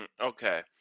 Okay